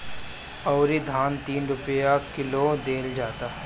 अउरी धान तीन रुपिया किलो देहल जाता